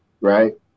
right